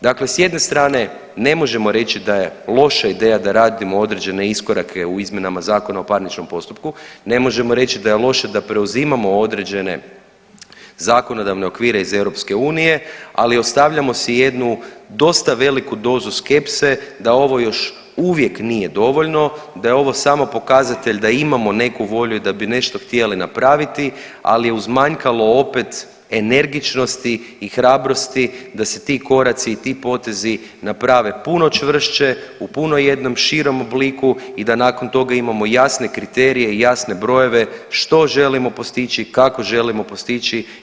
Dakle s jedne strane ne možemo reći da je loša ideja da radimo određene iskorake u izmjenama Zakona o parničnom postupku, ne možemo reći da je loše da preuzimamo određene zakonodavne okvire iz EU ali ostavljamo si jednu dosta veliku dozu skepse da ovo još uvijek nije dovoljno, da je ovo samo pokazatelj da imamo neku volju i da bi nešto htjeli napraviti ali je uzmanjkalo opet energičnosti i hrabrosti da se ti koraci i ti potezi naprave puno čvršće, u puno jednom širem obliku i da nakon toga imamo jasne kriterije i jasne brojeve što želimo postići, kako želimo postići i u kojim rokovima želimo postići.